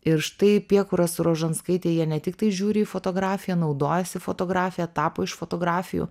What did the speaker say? ir štai piekuras su rožanskaite jie ne tiktai žiūri į fotografiją naudojasi fotografija tapo iš fotografijų